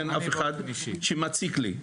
אין אף אחד שמציק לי.